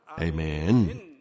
Amen